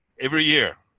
every year,